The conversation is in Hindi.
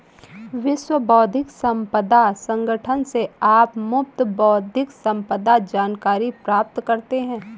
विश्व बौद्धिक संपदा संगठन से आप मुफ्त बौद्धिक संपदा जानकारी प्राप्त करते हैं